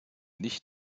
nicht